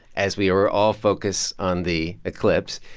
as we were all focused on the eclipse.